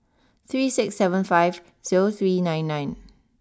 three six seven five zero three nine nine